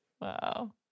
Wow